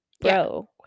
bro